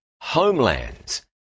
homelands